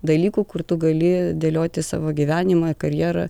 dalykų kur tu gali dėlioti savo gyvenimą karjera